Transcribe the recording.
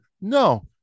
No